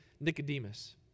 Nicodemus